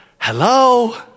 Hello